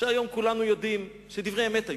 והיום כולנו יודעים שדבריו דברי אמת היו,